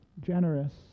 generous